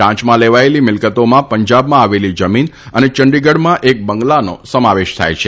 ટાંચમાં લેવાયેલી મિલકતોમાં પંજાબમાં આવેલી જમીન અને ચંદીગઢમાં એક બંગલાનો સમાવેશ થાય છે